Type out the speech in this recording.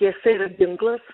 tiesa yra ginklas